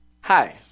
Hi